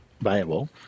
viable